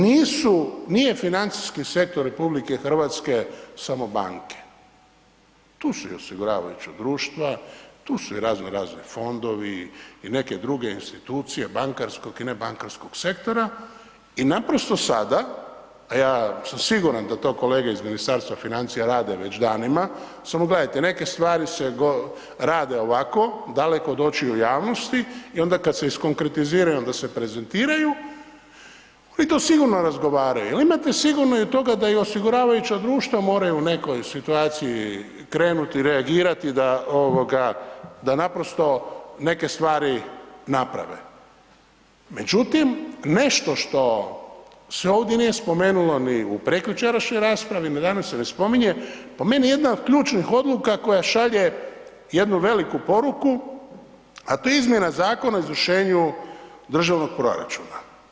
Nije financijski sektor RH samo banke, tu su i osiguravajuća društva, tu su i raznorazni fondovi i neke druge institucije bankarskog i nebankarskog sektora i naprosto sada a ja sam siguran da to kolege iz Ministarstva financija rade već danima, samo gledajte, neke stvari se rade ovako, daleko od očiju javnosti i onda kad se iskonkretiziraju, onda se prezentiraju i to sigurno razgovaraju jer imate sigurno i od toga da i osiguravajuća društva moraju u nekoj situaciji krenuti reagirati da naprosto neke stvari naprave međutim nešto što se ovdje nije spomenulo ni u prekjučerašnjoj raspravi ni danas se ne spominje, po meni jedna od ključnih odluka koja šalje jednu veliku poruku a to je izmjena Zakona o izvršenju državnog proračuna.